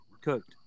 cooked